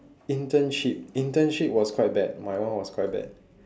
internship internship was quite bad my one was quite bad